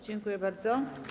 Dziękuję bardzo.